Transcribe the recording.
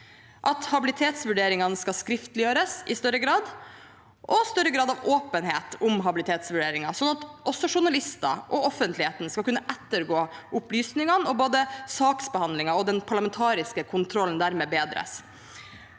habilitetsvurderinger skal skriftliggjøres i større grad – større grad av åpenhet om habilitetsvurderinger, sånn at også journalister og offentligheten skal kunne ettergå opplysningene, og at både saksbehandlingen og den parlamentariske kontrollen dermed kan bedres